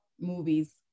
movies